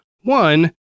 One